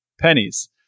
pennies